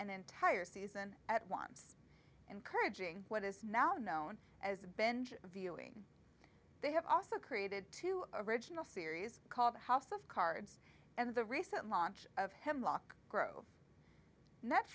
an entire season at once encouraging what is now known as binge viewing they have also created two original series called house of cards and the recent launch of hemlock grove net